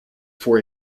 for